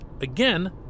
again